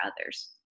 others